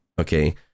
okay